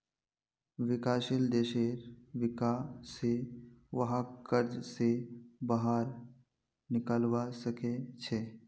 विकासशील देशेर विका स वहाक कर्ज स बाहर निकलवा सके छे